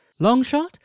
longshot